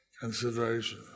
consideration